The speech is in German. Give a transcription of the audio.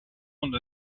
und